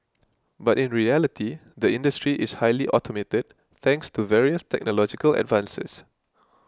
but in reality the industry is highly automated thanks to various technological advances